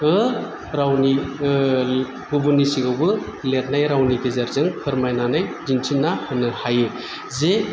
रावनि गुबुनि सिगाङावबो लिरनाय रावनि गेजेरजों फोरमायनानै दिन्थिना होनो हायो जे